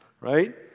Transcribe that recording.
Right